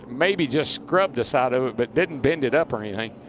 maybe just scrubbed the side of it. but didn't bend it up or anything.